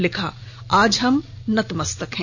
लिखा आज हम नतमस्तक है